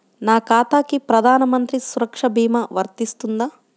నా ఖాతాకి ప్రధాన మంత్రి సురక్ష భీమా వర్తిస్తుందా?